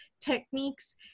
techniques